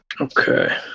Okay